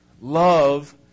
Love